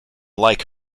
like